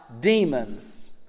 demons